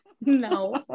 no